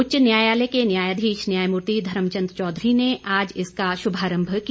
उच्च न्यायालय के न्यायाधीश न्यायमूर्ति धर्मचंद चौधरी ने आज इसका शुभारंभ किया